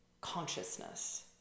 consciousness